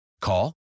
call